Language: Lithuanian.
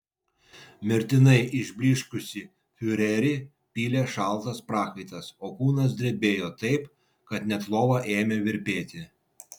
mirtinai išblyškusį fiurerį pylė šaltas prakaitas o kūnas drebėjo taip kad net lova ėmė virpėti